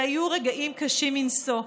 אלו היו רגעים קשים מנשוא.